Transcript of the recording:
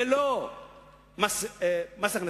ולא את מס הכנסה.